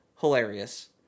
Hilarious